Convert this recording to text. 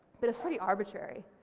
but it's pretty arbitrary.